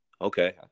Okay